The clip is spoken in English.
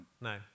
No